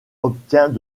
obtient